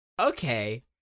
okay